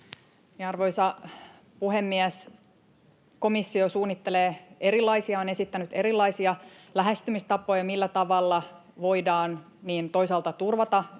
Arvoisa puhemies! Komissio on esittänyt erilaisia lähestymistapoja, millä tavalla voidaan toisaalta turvata energiansaantia